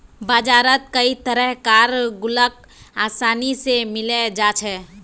बजारत कई तरह कार गुल्लक आसानी से मिले जा छे